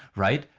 right?